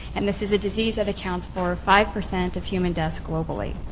and this is a disease that accounts for five percent of human deaths globally.